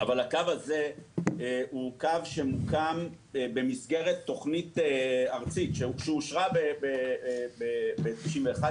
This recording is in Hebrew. הקו הזה מוקם במסגרת תוכנית ארצית שאושרה ב-91.